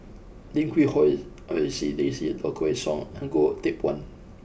Lim Quee Hong Daisy Low Kway Song and Goh Teck Phuan